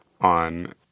on